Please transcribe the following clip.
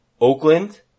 Oakland